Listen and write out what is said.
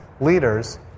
leaders